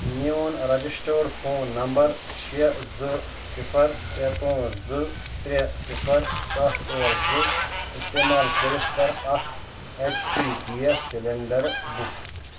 میون registered phone number شیٚے زٕ صِفر ترٛےٚ پانژھ زٕ ترٛےٚ صِفر سَتھ ژور زٕ استعمال کٔرِتھ کَر اکھ H P gas cylinder book